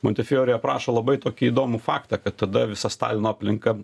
monte fijori aprašo labai tokį įdomų faktą kad tada visa stalino aplinka